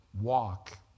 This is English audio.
Walk